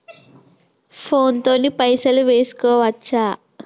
Phone తోని పైసలు వేసుకోవచ్చా?